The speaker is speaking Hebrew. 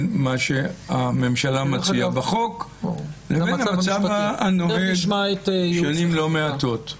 מה שהממשלה מציעה בחוק לבין המצב הנוהג שנים לא מעטות.